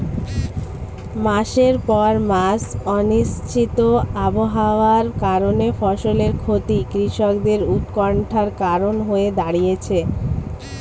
মাসের পর মাস অনিশ্চিত আবহাওয়ার কারণে ফসলের ক্ষতি কৃষকদের উৎকন্ঠার কারণ হয়ে দাঁড়িয়েছে